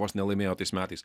vos nelaimėjo tais metais